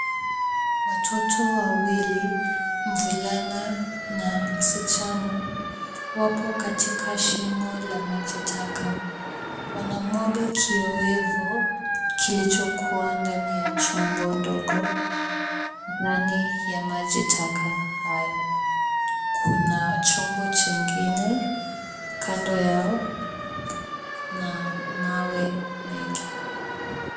Watoto wawili, msichana na mvulana, wako katika shimo la maji taka. Wanamwaga kiowevu, kilichokuwa ndani ya chombo ndogo ndani ya maji taka hayo. Kuna chombo chengine kando yao na mawe mengi.